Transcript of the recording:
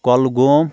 Kulgam